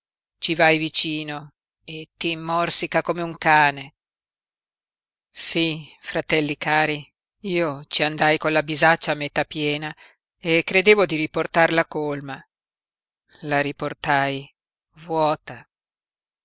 ci vai vicino e ti morsica come un cane sí fratelli cari io ci andai con la bisaccia a metà piena e credevo di riportarla colma la riportai vuota